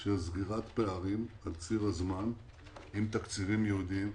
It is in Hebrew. של סגירת פערים על ציר הזמן עם תקציבים ייעודיים.